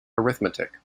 arithmetic